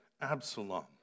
Absalom